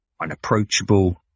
unapproachable